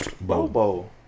Bobo